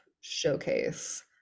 showcase